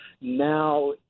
now